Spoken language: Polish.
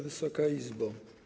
Wysoka Izbo!